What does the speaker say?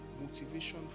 motivation